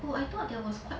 oh I thought there was quite